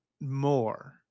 more